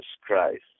Christ